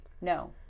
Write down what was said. No